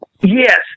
Yes